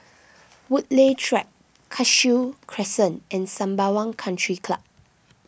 Woodleigh Track Cashew Crescent and Sembawang Country Club